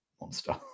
monster